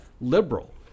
liberal